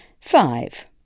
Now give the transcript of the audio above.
Five